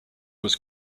was